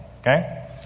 okay